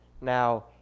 Now